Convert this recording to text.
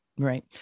Right